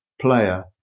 player